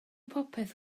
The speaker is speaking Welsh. popeth